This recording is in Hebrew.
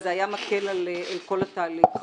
זה היה מקל על כל התהליך.